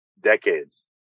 decades